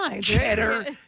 cheddar